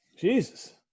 Jesus